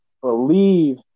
believe